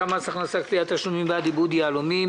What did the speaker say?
צו מס הכנסה ( (קביעת תשלומים בעד עיבוד יהלומים